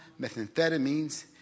methamphetamines